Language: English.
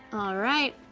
alright,